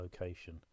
location